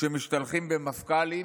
כשמשתלחים במפכ"לים.